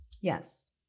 yes